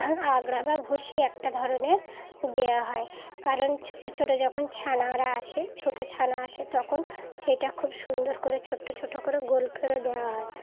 বা ভুষি একটা ধরনের দেওয়া হয় কারণ ছোটো ছোটো যখন ছানারা আসে ছোটো ছানা আসে তখন সেটা খুব সুন্দর করে ছোটো ছোটো করে গোল করেও দেওয়া হয়